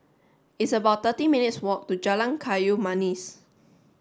it's about thirty minutes' walk to Jalan Kayu Manis